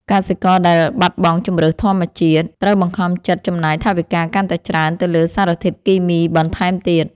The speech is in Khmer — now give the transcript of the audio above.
កសិករដែលបាត់បង់ជម្រើសធម្មជាតិ ត្រូវបង្ខំចិត្តចំណាយថវិកាកាន់តែច្រើនទៅលើសារធាតុគីមីបន្ថែមទៀត។